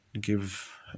give